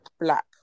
black